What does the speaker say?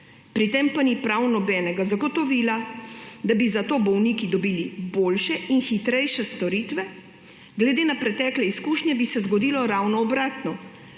pri tem pa ni prav nobenega zagotovila, da bi za to bolniki dobili boljše in hitrejše storitve. Glede na pretekle izkušnje bi se zgodilo ravno obratno